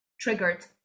triggered